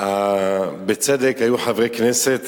ובצדק היו חברי כנסת,